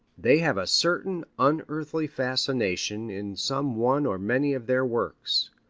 they have a certain unearthly fascination in some one or many of their works.